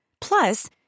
Plus